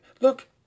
look